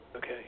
Okay